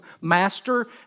master